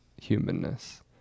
humanness